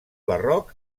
barroc